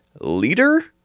leader